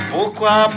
Pourquoi